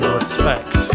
respect